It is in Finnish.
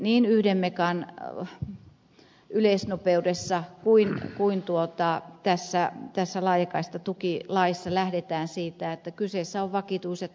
niin yhden megan yleisnopeudessa kuin tässä laajakaistatukilaissa lähdetään siitä että kyseessä on vakituiset asunnot